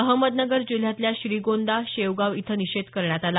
अहमदनगर जिल्ह्यातल्या श्रीगोंदा शेवगाव इथं निषेध करण्यात आला